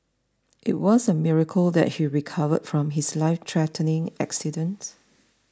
it was a miracle that he recovered from his life threatening accident